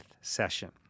session